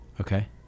Okay